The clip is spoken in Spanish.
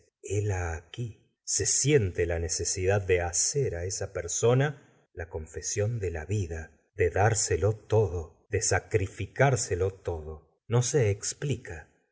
fléla aquí se siente la necesidad de hacer esa persona la confesión de la vida de dárselo todo de sacrificárselo todo no se explica